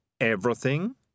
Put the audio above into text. Everything